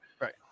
Right